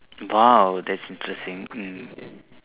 !wow! that's interesting mm